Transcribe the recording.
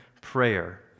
prayer